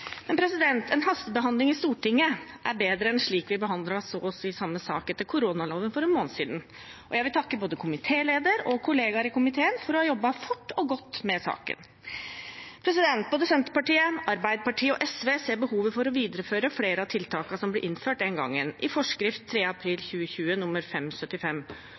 Men en hastebehandling i Stortinget er bedre enn slik vi behandlet så å si samme sak etter koronaloven for en måned siden, og jeg vil takke både komitélederen og kollegaer i komiteen for å ha jobbet fort og godt med saken. Både Senterpartiet, Arbeiderpartiet og SV ser behovet for å videreføre flere av tiltakene som ble innført den gang – i forskrift 3. april 2020